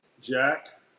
Jack